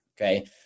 Okay